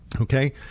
Okay